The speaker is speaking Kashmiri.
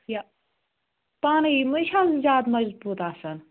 یا پانَے یہِ ما چھ زیادٕ مضبوٗط آسان